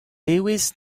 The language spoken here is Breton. evezh